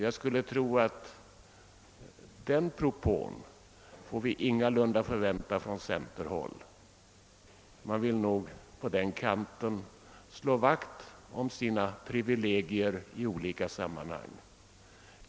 Jag skulle tro att den propån kan vi ingalunda förvänta från centerhåll; man vill nog på den kanten slå vakt om sina privilegier i olika sammanhang.